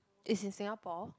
is in Singapore